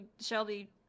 shelby